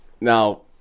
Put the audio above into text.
Now